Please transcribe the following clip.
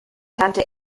tante